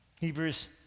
Hebrews